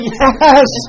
yes